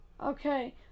Okay